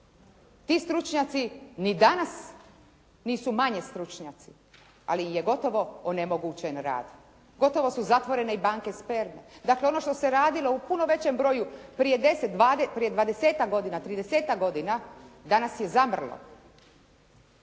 Ti stručnjaci ni danas nisu manje stručnjaci, ali im je gotovo onemogućen rad. Gotovo su zatvorene i banke sperme. Dakle, ono što se radilo u puno većem broju prije 20-tak godina, 30-tak godina danas je zamrlo.